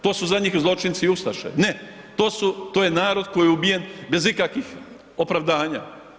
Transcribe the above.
To su zadnji zločinci, ustaše, ne, to je narod koji je ubijen bez ikakvih opravdanja.